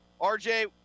RJ